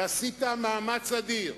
עשית מאמץ אדיר.